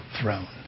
throne